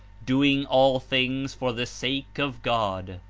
doing all things for the sake of god.